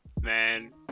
man